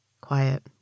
quiet